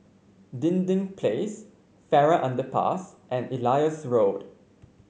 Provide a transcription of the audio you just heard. Dinding Place Farrer Underpass and Elias Road